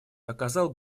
оказал